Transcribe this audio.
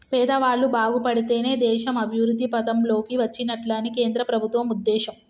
పేదవాళ్ళు బాగుపడితేనే దేశం అభివృద్ధి పథం లోకి వచ్చినట్లని కేంద్ర ప్రభుత్వం ఉద్దేశం